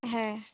হ্যাঁ